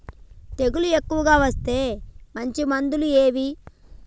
తెగులు ఎక్కువగా వస్తే మంచి మందులు ఏవి?